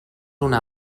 una